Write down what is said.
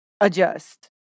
Adjust